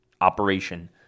operation